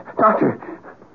Doctor